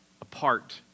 Apart